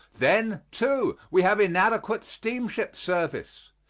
then, too, we have inadequate steamship service.